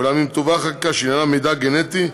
אולם אם תובא חקיקה שעניינה מידע גנטי,